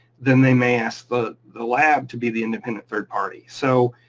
then they may ask the the lab to be the independent third party. so